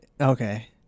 Okay